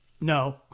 No